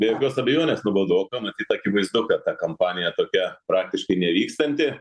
be jokios abejonės nuobodoka matyt akivaizdu kad ta kampanija tokia praktiškai nevykstanti